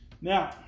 Now